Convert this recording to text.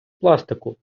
пластику